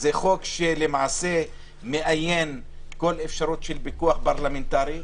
זה חוק שלמעשה מאיין כל אפשרות של פיקוח פרלמנטרי.